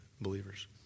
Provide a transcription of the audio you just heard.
believers